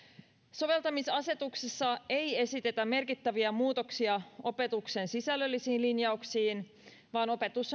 soveltamisasetuksessa ei esitetä merkittäviä muutoksia opetuksen sisällöllisiin linjauksiin vaan opetus